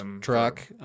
truck